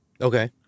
Okay